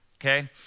Okay